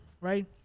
right